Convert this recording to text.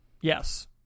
yes